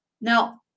Now